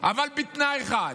אבל בתנאי אחד,